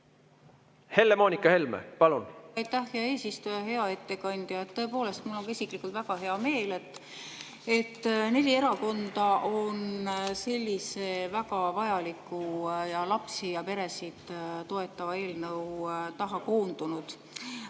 Helle-Moonika Helme, palun!